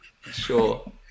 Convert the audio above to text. sure